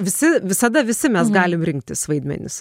visi visada visi mes galim rinktis vaidmenis